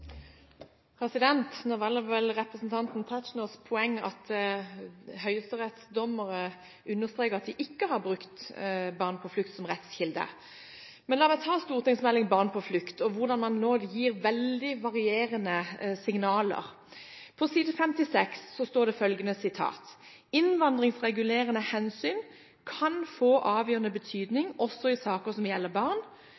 Nå var vel representanten Tetzschners poeng at høyesterettsdommere understreket at de ikke har brukt meldingen om barn på flukt som rettskilde. Men la meg ta stortingsmeldingen om barn på flukt og hvordan man nå gir veldig varierende signaler. På side 56 står følgende: «Innvandringsregulerende hensyn kan få avgjørende